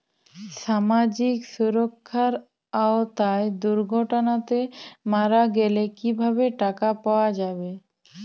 সামাজিক সুরক্ষার আওতায় দুর্ঘটনাতে মারা গেলে কিভাবে টাকা পাওয়া যাবে?